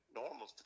normal